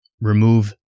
remove